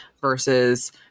versus